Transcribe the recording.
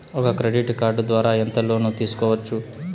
ఒక credit card ద్వారా ఎంత లోను తీసుకోవచ్చు?